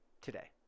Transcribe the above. today